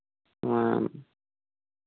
ᱦᱮᱸ